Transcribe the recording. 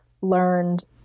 learned